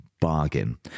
Bargain